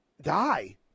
die